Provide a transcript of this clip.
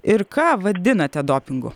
ir ką vadinate dopingu